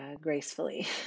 gracefully